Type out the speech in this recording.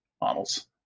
models